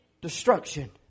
Destruction